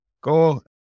go